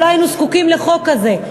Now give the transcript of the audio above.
לא היינו זקוקים לחוק כזה,